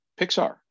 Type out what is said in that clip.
Pixar